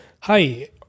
Hi